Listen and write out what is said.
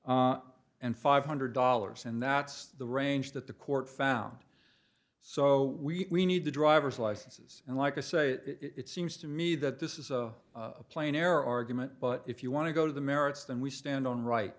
and five hundred dollars and that's the range that the court found so we need the driver's licenses and like to say it seems to me that this is a plain air argument but if you want to go to the merits and we stand on right